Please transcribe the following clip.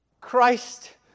Christ